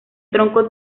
tronco